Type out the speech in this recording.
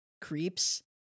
creeps